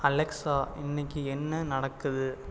Alexa இன்னைக்கு என்ன நடக்குது